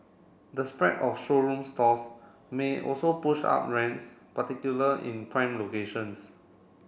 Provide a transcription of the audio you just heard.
the spread of showroom stores may also push up rents particular in prime locations